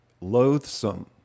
loathsome